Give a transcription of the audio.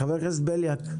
חבר הכנסת בליאק,